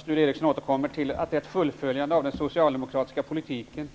Sture Ericson återkommer till att det är ett fullföljande av den socialdemokratiska politiken.